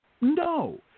No